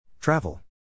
Travel